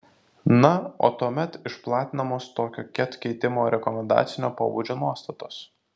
na o tuomet išplatinamos tokio ket keitimo rekomendacinio pobūdžio nuostatos